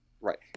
Right